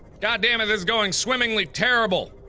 god damn it is going swimmingly terrible